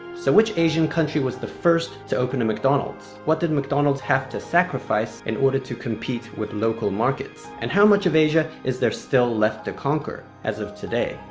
so, which asian country was the first to open a mcdonald's? what did mcdonalds have to sacrifice in order compete with local markets? and how much of asia is there still left to conquer, as of today?